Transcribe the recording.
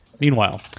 Meanwhile